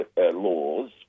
laws